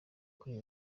kuri